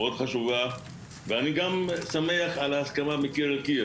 מאוד חשובה ואני גם שמח על ההסכמה מקיר לקיר